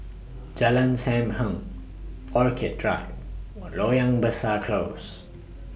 Jalan SAM Heng Orchid Drive Loyang Besar Close